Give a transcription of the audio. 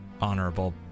Honorable